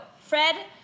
Fred